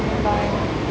bye